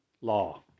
Law